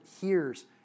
hears